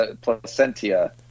placentia